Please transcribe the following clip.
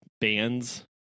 bands